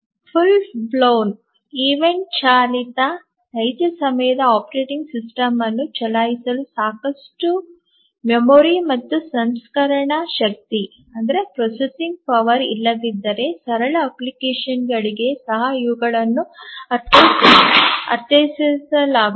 ಪೂರ್ಣ ಹಾರಿಬಂದ ಈವೆಂಟ್ ಚಾಲಿತ ನೈಜ ಸಮಯದ ಆಪರೇಟಿಂಗ್ ಸಿಸ್ಟಮ್ ಅನ್ನು ಚಲಾಯಿಸಲು ಸಾಕಷ್ಟು ಮೆಮೊರಿ ಮತ್ತು ಸಂಸ್ಕರಣಾ ಶಕ್ತಿ ಇಲ್ಲದಿರುವ ಸರಳ ಅಪ್ಲಿಕೇಶನ್ಗಳಿಗೆ ಸಹ ಇವುಗಳನ್ನು ಅರ್ಥೈಸಲಾಗುತ್ತದೆ